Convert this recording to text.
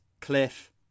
Cliff